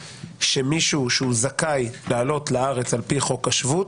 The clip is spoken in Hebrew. היא שמישהו שהוא זכאי לעלות לארץ על פי חוק השבות,